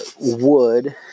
wood